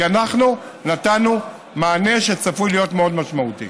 כי אנחנו נתנו מענה שצפוי להיות מאוד משמעותי.